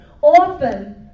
often